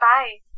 Bye